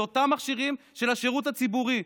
זה לאותם מכשירים של השירות הציבורי.